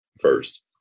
first